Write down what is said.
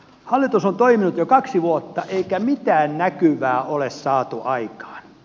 hallitus on toiminut jo kaksi vuotta eikä mitään näkyvää ole saatu aikaan